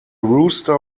rooster